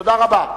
תודה רבה.